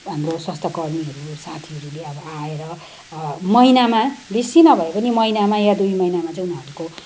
हाम्रो स्वास्थ्यकर्मीहरू साथीहरूले अब आएर महिनामा बेसी नभए पनि महिनामा या दुई महिनामा चाहिँ उनीहरूको